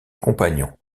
compagnons